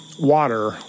water